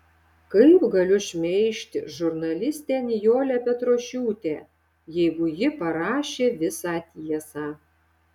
kaip galiu šmeižti žurnalistę nijolę petrošiūtę jeigu ji parašė visą tiesą